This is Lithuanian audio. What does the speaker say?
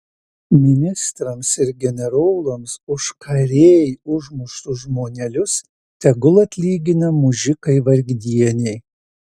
ministrams ir generolams už karėj užmuštus žmonelius tegul atlygina mužikai vargdieniai